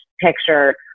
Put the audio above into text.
picture